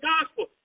gospel